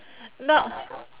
not